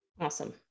Awesome